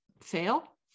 fail